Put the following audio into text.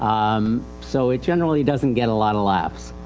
um, so it generally doesnit get a lot of laughs.